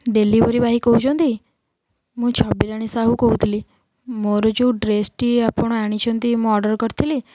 delivery ଭାଇ କହୁଛନ୍ତି ମୁଁ ଛବି ରାଣୀ ସାହୁ କହୁଥିଲି ମୋର ଯେଉଁ ଡ୍ରେସଟି ଆପଣ ଆଣିଛନ୍ତି ମୁଁ ଅର୍ଡ଼ର କରିଥିଲି